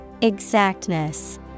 Exactness